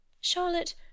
Charlotte